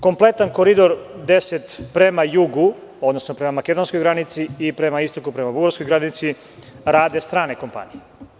Kompletan Koridor 10 prema jugu, odnosno prema makedonskoj granici i prema istoku, prema Bugarskoj granici rade strane kompanije.